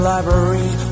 Library